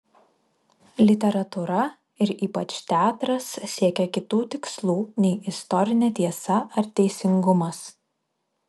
literatūra ir ypač teatras siekia kitų tikslų nei istorinė tiesa ar teisingumas